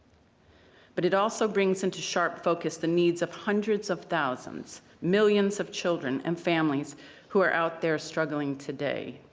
but it also brings into sharp focus the needs of hundreds of thousands, millions of children and families who are out there struggling today.